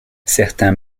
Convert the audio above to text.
certains